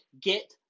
Get